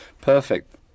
perfect